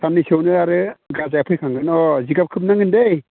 सान्नैसोआवनो आरो गाजाया खिलिखांगोन अह जिगाब खोबनांगोन दै